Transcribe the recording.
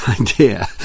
idea